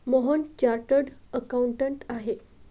Mohan chartered accountant आहेत